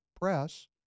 press